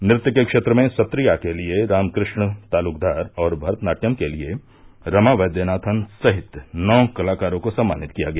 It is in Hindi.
नृत्य के क्षेत्र में सत्त्रिया के लिए रामकृष्ण तालुकदार और भरतनाट्यम के लिए रमा वैद्यनाथन सहित नौ कलाकारों को सम्मानित किया गया